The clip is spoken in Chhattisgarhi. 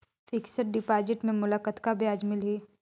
फिक्स्ड डिपॉजिट मे मोला कतका ब्याज मिलही?